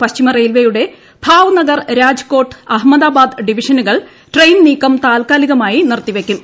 പശ്ചിമ റെയിൽവേയുടെ ഭാവ്നഗർ രാജ്കോട്ട് അഹമ്മദാബാദ് ഡിവിഷനുകൾ ട്രെയിൻ നീക്കം തൽക്കാലികമായി നിർത്തി വയ്ക്കും